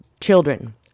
children